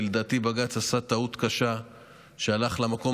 כי לדעתי בג"ץ עשה טעות קשה שהלך למקום